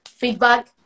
Feedback